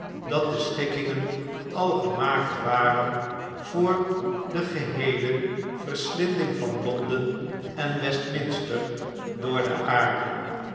dat de schikkingen al gemaakt waren voor de geheele verslinding van l o n d e n en westminster door de aarde